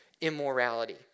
immorality